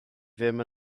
ddim